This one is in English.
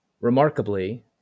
remarkably